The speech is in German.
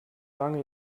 lange